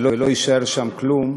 ולא יישאר שם כלום,